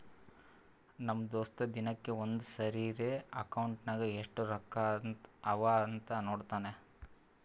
ನಮ್ ದೋಸ್ತ ದಿನಕ್ಕ ಒಂದ್ ಸರಿರೇ ಅಕೌಂಟ್ನಾಗ್ ಎಸ್ಟ್ ರೊಕ್ಕಾ ಅವಾ ಅಂತ್ ನೋಡ್ತಾನ್